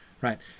Right